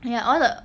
ya all the